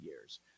years